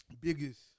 biggest